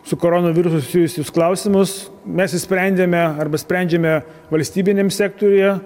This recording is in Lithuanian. su koronavirusu susijusius klausimus mes išsprendėme arba sprendžiame valstybiniam sektoriuje